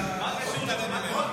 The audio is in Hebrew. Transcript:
מכירת יין בחנות גדולה),